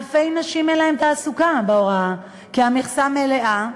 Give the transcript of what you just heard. אלפי נשים אין להן תעסוקה בהוראה כי המכסה מלאה.